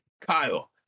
Kyle